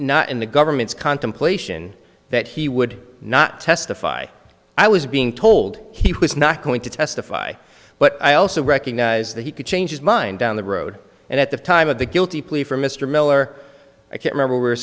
not in the government's contemplation that he would not testify i was being told he was not going to testify but i also recognize that he could change his mind down the road and at the time of the guilty plea for mr miller i can remember we were